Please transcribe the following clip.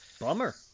Bummer